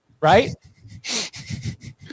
right